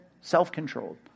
self-controlled